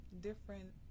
different